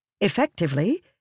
Effectively